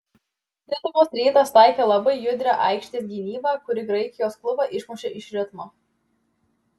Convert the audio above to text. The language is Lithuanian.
lietuvos rytas taikė labai judrią aikštės gynybą kuri graikijos klubą išmušė iš ritmo